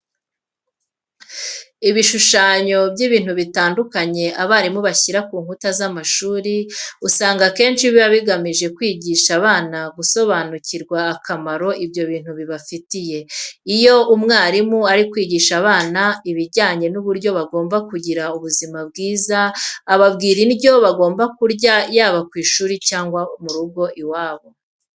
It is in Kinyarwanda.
Ibishushanyo by'ibintu bitandukanye abarimu bashyira ku nkuta z'amashuri usanga akenshi biba bigamije kwigisha abana gusobanukirwa akamaro ibyo bintu bibafitiye. Iyo umwarimu ari kwigisha abana ibijyanye n'uburyo bagomba kugira ubuzima bwiza, ababwira indyo bagomba kurya yaba ku ishuri cyangwa mu rugo iwabo.